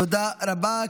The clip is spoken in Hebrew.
תודה רבה.